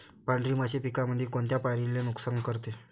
पांढरी माशी पिकामंदी कोनत्या पायरीले नुकसान करते?